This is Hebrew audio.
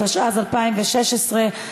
התשע"ז 2016,